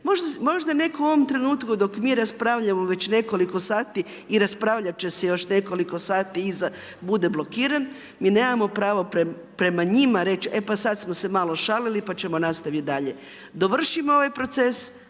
možda netko u ovom trenutku dok mi raspravljamo veći nekoliko sati i raspravljat će se još nekoliko sati iza bude blokiran, mi nemamo pravo prema njima reći e pa sad smo se malo šalili, pa ćemo nastavit dalje. Dovršimo ovaj proces,